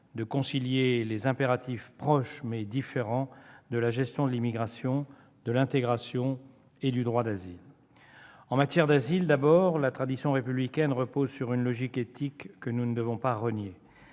de concilier les impératifs proches, mais différents de la gestion de l'immigration, de l'intégration et du droit d'asile. En matière d'asile d'abord, la tradition républicaine repose sur une logique éthique que nous ne devons pas renier.